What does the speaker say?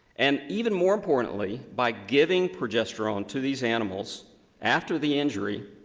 and even more importantly, by getting progesterone to these animals after the injury,